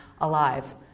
alive